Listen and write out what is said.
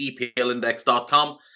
EPLIndex.com